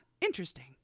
interesting